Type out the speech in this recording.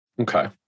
Okay